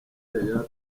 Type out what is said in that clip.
yaya